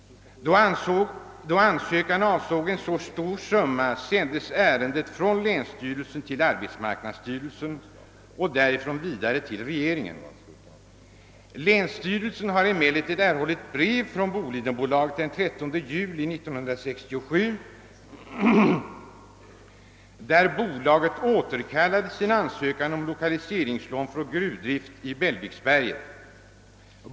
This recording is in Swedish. Då ansökan avsåg en så stor summa sändes ärendet från länsstyrelsen till arbetsmarknadsstyrelsen och därifrån vidare till regeringen. Länsstyrelsen har emellertid erhållit brev från Bolidenbolaget den 13 juli 1967, där bolaget återkallade sin ansökan om lokaliseringslån för gruvdrift i Bellviksberget.